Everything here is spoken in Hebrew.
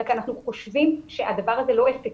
אלא כי אנחנו חושבים שהדבר הזה לא אפקטיבי.